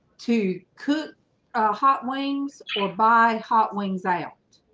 to cook hot wings or buy hot wings out